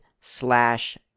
slash